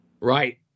Right